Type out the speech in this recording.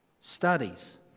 studies